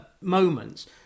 moments